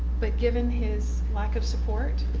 but given his lack of support,